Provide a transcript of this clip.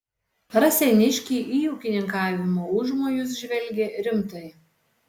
raseiniškiai į ūkininkavimo užmojus žvelgė rimtai